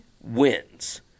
wins